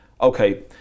okay